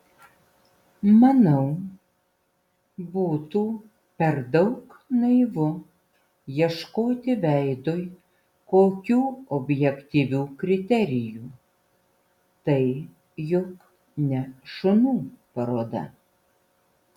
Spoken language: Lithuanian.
manau būtų per daug naivu ieškoti veidui kokių objektyvių kriterijų tai juk ne šunų paroda